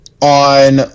on